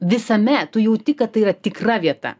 visame tu jauti kad tai yra tikra vieta